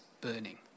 burning